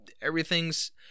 Everything's